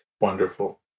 wonderful